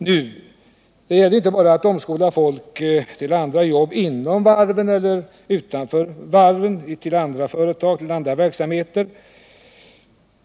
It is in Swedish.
Men det gäller inte bara att omskola folk till andra jobb inom varven eller utanför varven, till andra företag eller till andra verksamheter.